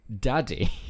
daddy